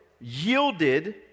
yielded